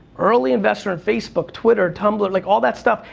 early investor in facebook, twitter, tumblr, like, all that stuff,